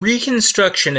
reconstruction